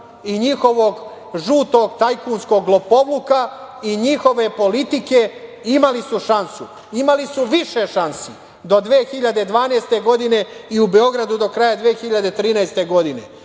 i njihovog žutog, tajkunskog lopovluka i njihove politike. Imali su šansu, imali su više šansi do 2012. godine i u Beogradu do kraja 2013. godine.